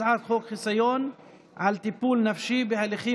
הצעת חוק חיסיון על טיפול נפשי בהליכים